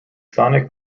sonic